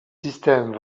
systèmes